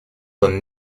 donne